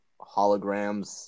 holograms